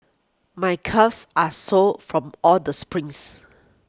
my calves are sore from all the sprints